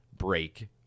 break